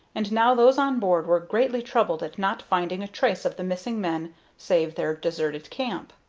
and now those on board were greatly troubled at not finding a trace of the missing men save their deserted camp.